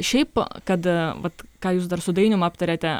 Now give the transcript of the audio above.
šiaip kad vat ką jūs dar su dainium aptarėte